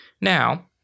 Now